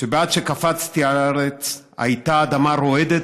שבעת שקפצתי על הארץ הייתה האדמה רועדת